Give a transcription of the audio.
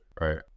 right